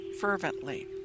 fervently